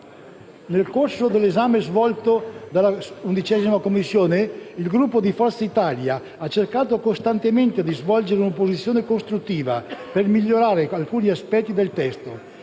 Nel corso dell'esame svolto presso la 11a Commissione, il Gruppo di Forza Italia ha cercato costantemente di svolgere una opposizione costruttiva per migliorare alcuni aspetti del testo,